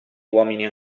uomini